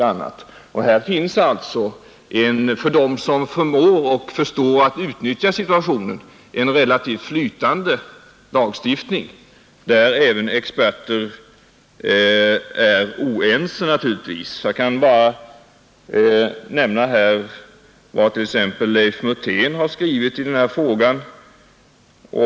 För dem som förmår och förstår att utnyttja situationen finns redan möjligheter vilket innebär att lagstiftningen blir relativt flytande. Även experter är naturligtvis oense. Men jag kan bara nämna vad t.ex. Leif Mutén har skrivit i denna fråga.